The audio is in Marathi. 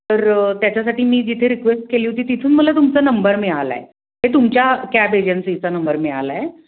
तर त्याच्यासाठी मी जिथे रिक्वेस्ट केली होती तिथून मला तुमचा नंबर मिळाला आहे हे तुमच्या कॅब एजन्सीचा नंबर मिळाला आहे